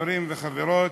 חברים וחברות,